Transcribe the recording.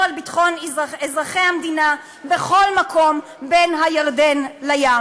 על ביטחון אזרחי המדינה בכל מקום בין הירדן לים.